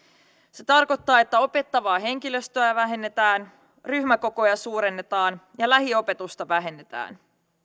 se tarkoittaa että opettavaa henkilöstöä vähennetään ryhmäkokoja suurennetaan ja lähiopetusta vähennetään